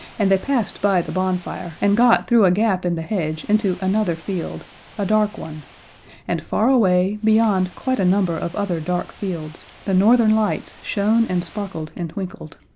and they passed by the bonfire and got through a gap in the hedge into another field a dark one and far away, beyond quite a number of other dark fields, the northern lights shone and sparkled and twinkled.